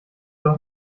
doch